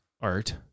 art